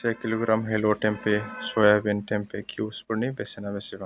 से किल'ग्राम हेल' tempeh soybean tempeh क्युबफोरनि बेसेना बेसेबां